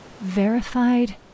verified